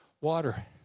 water